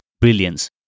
Brilliance